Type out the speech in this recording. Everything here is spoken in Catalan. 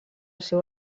seu